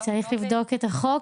--- צריך לבדוק את החוק,